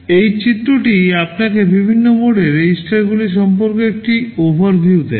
এই চিত্রটি আপনাকে বিভিন্ন মোডে REGISTERগুলি সম্পর্কে একটি ওভারভিউ দেয়